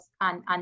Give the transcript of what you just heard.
on